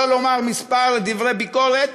שלא לומר כמה דברי ביקורת,